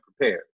prepared